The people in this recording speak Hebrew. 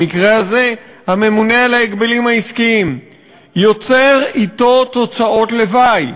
במקרה הזה הממונה על ההגבלים העסקיים יוצר תוצאות לוואי,